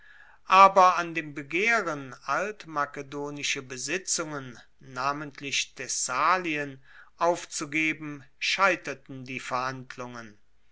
aber an dem begehren altmakedonische besitzungen namentlich thessalien aufzugeben scheiterten die verhandlungen